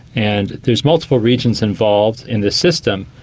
and there are multiple regions involved in this system,